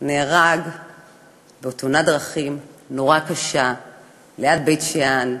נהרג בתאונת דרכים קשה ליד בית-שאן,